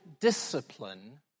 discipline